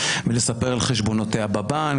ולספר על חשבונותיה בבנק,